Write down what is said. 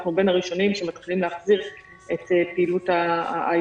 אנחנו בין הראשונים שמתחילים להחזיר את פעילות ה-